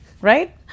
Right